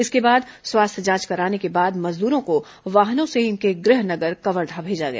इसके बाद स्वास्थ्य जांच कराने के बाद मजदूरों को वाहनों से इनके गृह नगर कवर्धा भेजा गया